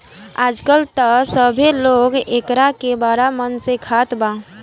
आजकल त सभे लोग एकरा के बड़ा मन से खात बा